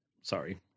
Sorry